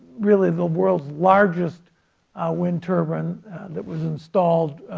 really the world's largest wind turbine that was installed